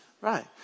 right